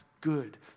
good